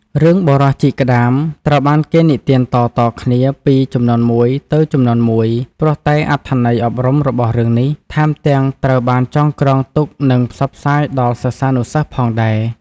រឿងបុរសជីកក្តាមត្រូវបានគេនិទានតៗគ្នាពីជំនាន់មួយទៅជំនាន់មួយ ព្រោះតែអត្ថន័យអប់រំរបស់រឿងនេះ ថែមទាំងត្រូវបានចងក្រងទុកនិងផ្សព្វផ្សាយដល់សិស្សានុសិស្សផងដែរ។